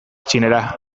txinera